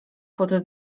pod